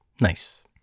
nice